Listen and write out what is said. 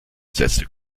setzte